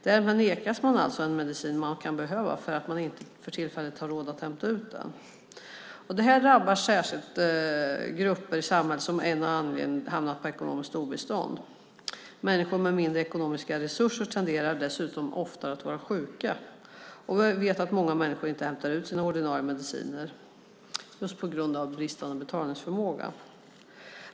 Därmed nekas man alltså en medicin man kan behöva därför att man för tillfället inte har råd att hämta ut den. Det här drabbar särskilt grupper i samhället som av en eller annan anledning hamnat i ekonomiskt obestånd. Människor med mindre ekonomiska resurser tenderar dessutom oftare att vara sjuka, och vi vet att många människor inte hämtar ut sina ordinerade mediciner just på grund av bristande betalningsförmåga.